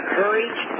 courage